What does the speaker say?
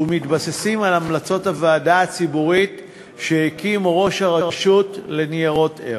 ואנחנו מתבססים על המלצות הוועדה הציבורית שהקים ראש הרשות לניירות ערך.